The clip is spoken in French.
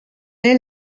est